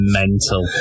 mental